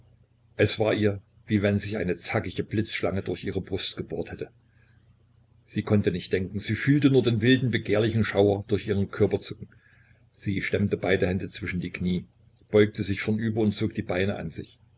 es war ihr wie wenn sich eine zackige blitzschlange durch ihre brust gebohrt hätte sie konnte nicht denken sie fühlte nur den wilden begehrlichen schauer durch ihren körper zucken sie stemmte beide hände zwischen die knie beugte sich vornüber und zog die beine an sich